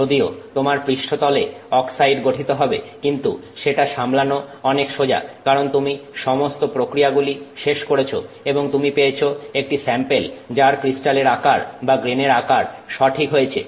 যদিও তোমার পৃষ্ঠতলে অক্সাইড গঠিত হবে কিন্তু সেটা সামলানো অনেক সোজা কারণ তুমি সমস্ত প্রক্রিয়া গুলি শেষ করেছ এবং তুমি পেয়েছো একটি স্যাম্পেল যার ক্রিস্টালের আকার বা গ্রেনের আকার সঠিক হয়েছে